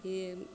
ஏ